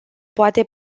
poate